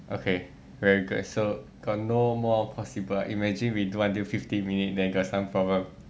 okay very good so got no more possible imagine we do until fifty minute then got some problem